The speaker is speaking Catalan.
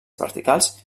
verticals